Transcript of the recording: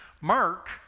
Mark